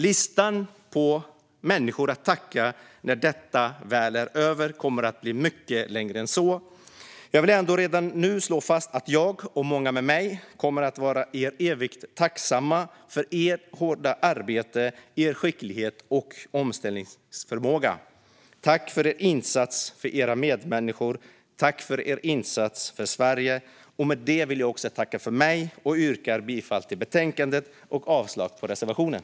Listan över människor att tacka när detta väl är över kommer att bli mycket längre än så, men jag vill ändå redan nu slå fast att jag och många med mig kommer att vara er evigt tacksamma för ert hårda arbete, er skicklighet och er omställningsförmåga. Tack för er insats för era medmänniskor! Tack för er insats för Sverige! Jag yrkar bifall till förslaget i betänkandet och avslag på reservationen.